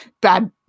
Bad